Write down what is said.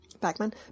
Bagman